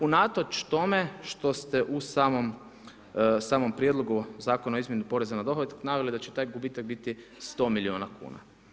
Unatoč tome što ste u samom Prijedlogu Zakonu o izmjeni poreza na dohodak naveli da će taj gubitak biti 100 miliona kuna.